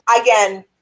again